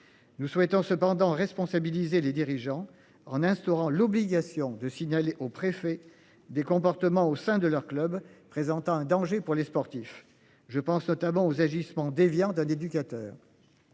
Nous souhaitons cependant responsabiliser les dirigeants en instaurant l'obligation de signaler au préfet des comportements au sein de leur club présentant un danger pour les sportifs, je pense notamment aux agissements déviants, d'un éducateur.